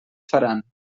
faran